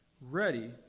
ready